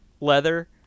leather